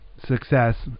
Success